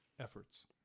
efforts